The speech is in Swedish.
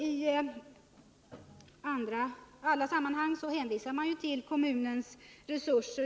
I alla sammanhang hänvisas till kommunens resurser.